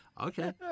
okay